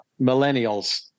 millennials